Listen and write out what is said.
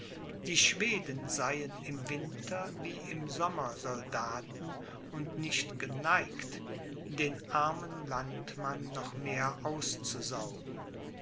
die schweden seien im winter wie im sommer soldaten und nicht geneigt den armen landmann noch mehr auszusaugen